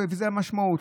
זו המשמעות.